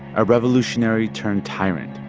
a revolutionary turned tyrant.